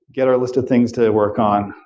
get our list of things to work on,